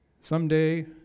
Someday